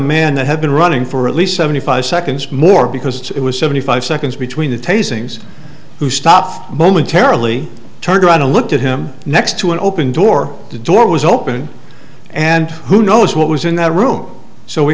man that had been running for at least seventy five seconds more because it was seventy five seconds between the tasing who stopped momentarily turned around to look to him next to an open door to door was open and who knows what was in the room so we